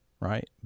right